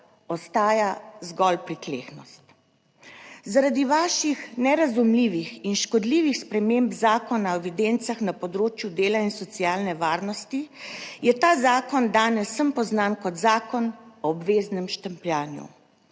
ostaja zgolj pritlehnost. Zaradi vaših nerazumljivih in škodljivih sprememb Zakona o evidencah na področju dela in socialne varnosti je ta zakon danes vsem poznan kot Zakon o obveznem štempljanju.